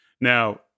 Now